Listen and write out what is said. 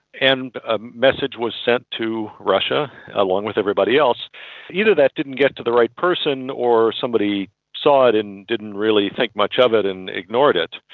and a message was sent to russia along with everybody else, and either that didn't get to the right person or somebody saw it and didn't really think much of it and ignored it,